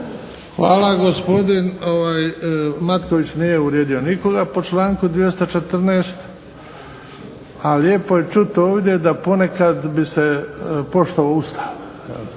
Hvala. Gospodin Matković nije uvrijedio nikoga po članku 214. a lijepo je čuti ovdje da ponekad da bi se poštovao Ustav.